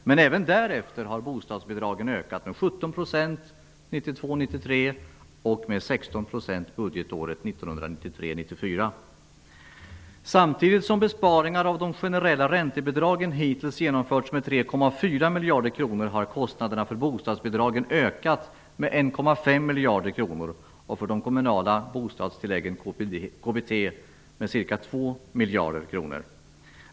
Men även därefter har bostadsbidragen ökat med 17 % budgetåret Samtidigt som besparingar av de generella räntebidragen hittills har genomförts med 3,4 miljarder kronor har kostnaderna för bostadsbidragen ökat med 1,5 miljarder kronor och för de kommunala bostadstilläggen KBT med ca 2 miljarder kronor.